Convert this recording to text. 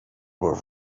were